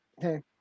hey